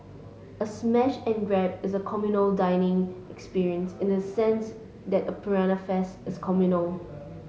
a smash and grab is a communal dining experience in the sense that a piranha feast is communal